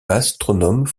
astronome